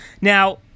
Now